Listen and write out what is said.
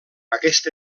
aquest